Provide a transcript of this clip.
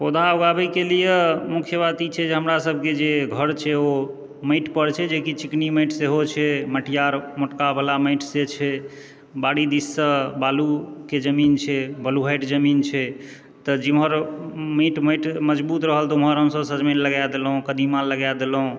पौधा उगाबएके लिअऽ मुख्य बात ई छै जे हमरा सबकेँ जे घर छै ओ माटि पर छै जेकि चिकनी माटि सेहो छै मटिआर मोटका वला माटि से छै बाड़ी दिससँ बालूके जमीन छै बलुहटि जमीन छै तऽ जिम्हर माटि मजबूत रहल तऽ उम्हर हमसब सजमनि कदीमा लगाए देलहुँ